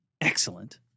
excellent